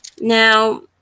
Now